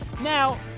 Now